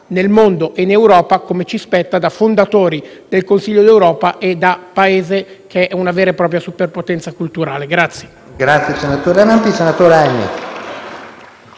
nel mondo e in Europa come ci spetta da fondatori del Consiglio d'Europa e da Paese che rappresenta una vera e propria superpotenza culturale.